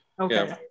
Okay